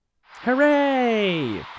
hooray